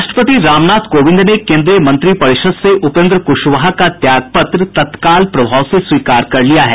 राष्ट्रपति रामनाथ कोविंद ने कोन्द्रीय मंत्रिपरिषद से उपेन्द्र क्शवाहा का त्यागपत्र तत्काल प्रभाव से स्वीकार कर लिया है